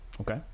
Okay